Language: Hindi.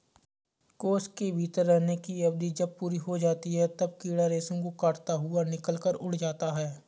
कोश के भीतर रहने की अवधि जब पूरी हो जाती है, तब कीड़ा रेशम को काटता हुआ निकलकर उड़ जाता है